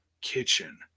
kitchen